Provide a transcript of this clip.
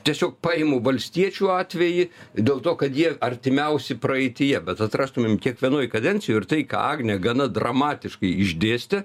tiesiog paimu valstiečių atvejį dėl to kad jie artimiausi praeityje bet atrastumėm kiekvienoj kadencijoj ir tai ką agnė gana dramatiškai išdėstė